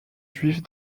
juifs